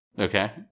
Okay